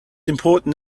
important